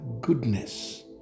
goodness